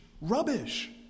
rubbish